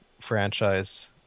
franchise